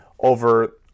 over